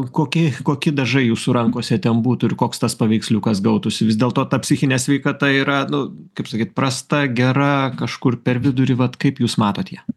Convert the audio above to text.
koki koki dažai jūsų rankose ten būtų ir koks tas paveiksliukas gautųsi vis dėlto ta psichinė sveikata yra nu kaip sakyt prasta gera kažkur per vidurį vat kaip jūs matot ją